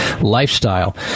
lifestyle